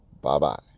bye-bye